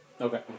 Okay